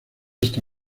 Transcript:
esta